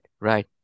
right